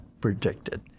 predicted